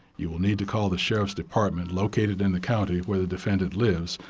you will need to call the sheriff's department located in the county where the defendant lives,